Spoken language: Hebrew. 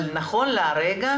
אבל נכון להרגע,